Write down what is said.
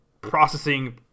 processing